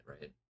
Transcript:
right